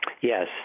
Yes